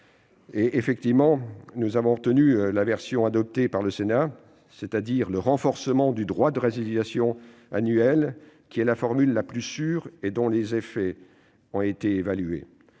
ce dossier. Nous avons retenu la version adoptée par le Sénat, c'est-à-dire le renforcement du droit de résiliation annuelle, qui est la formule la plus sûre et dont les effets ont été évalués.